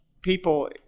people